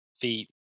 feet